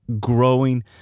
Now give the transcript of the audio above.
growing